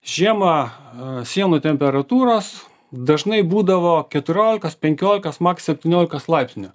žiemą sienų temperatūros dažnai būdavo keturiolikos penkiolikos maks septyniolikos laipsnių